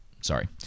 sorry